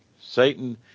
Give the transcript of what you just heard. satan